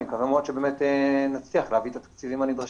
אני מקווה מאוד שנצליח להביא את התקציבים הנדרשים.